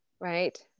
Right